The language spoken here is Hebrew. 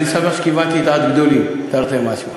אני שמח שכיוונתי לדעת גדולים, תרתי משמע.